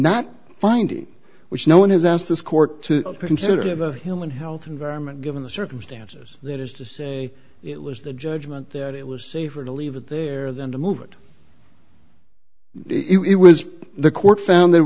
not finding which no one has asked this court to consider to have a human health environment given the circumstances that is to say it was the judgment that it was safer to leave it there than to move it it was the court found